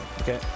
Okay